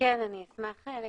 אני אשמח להתייחס.